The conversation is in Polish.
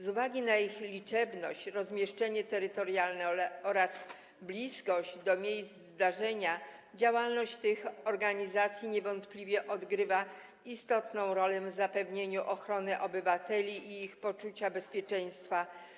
Z uwagi na ich liczebność, rozmieszczenie terytorialne oraz bliskość miejsc zdarzenia działalność tych organizacji niewątpliwie odgrywa istotną rolę w zapewnieniu ochrony obywateli i ich poczucia bezpieczeństwa.